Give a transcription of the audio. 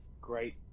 great